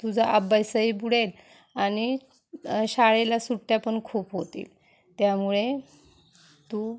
तुझा अभ्यासही बुडेल आणि शाळेला सुट्ट्या पण खूप होतील त्यामुळे तू